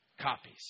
copies